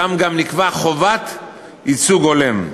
גם שם נקבעה חובת ייצוג הולם.